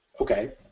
Okay